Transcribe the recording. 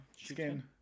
Skin